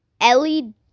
Ellie